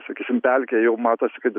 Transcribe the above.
sakysim pelkė jau matosi kad